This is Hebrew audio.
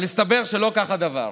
אבל הסתבר שלא כך הדבר,